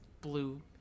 blue